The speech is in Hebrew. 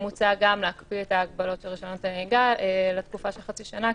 מוצע להקפיא את ההגבלות של רישיונות הנהיגה לתקופה של חצי שנה,